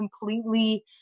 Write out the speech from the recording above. completely